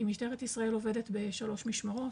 משטרת ישראל עובדת בשלוש משמרות,